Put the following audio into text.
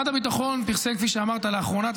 משרד הביטחון פרסם לאחרונה,